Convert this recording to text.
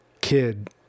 kid